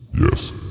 yes